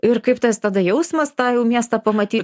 ir kaip tas tada jausmas tą jau miestą pamatyt